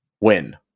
win